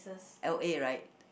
L_A right